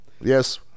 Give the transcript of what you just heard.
yes